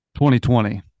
2020